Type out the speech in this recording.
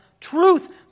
truth